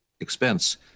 expense